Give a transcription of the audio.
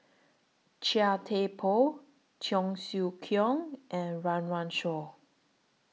Chia Thye Poh Cheong Siew Keong and Run Run Shaw